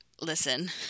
listen